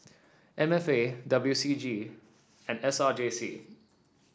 M F A W C G and S R J C